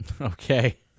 Okay